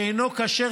שאינו כשר,